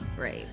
Right